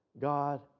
God